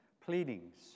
pleadings